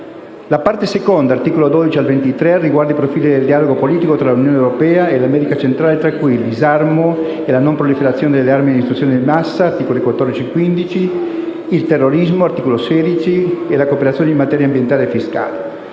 La parte seconda (articoli da 12 a 23) riguarda i profili del dialogo politico tra l'Unione europea e l'America Centrale, tra cui il disarmo e la non proliferazione delle armi di distruzione di massa (articoli 14 e 15), il terrorismo (articolo 16) e la cooperazione in materia ambientale e fiscale.